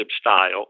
style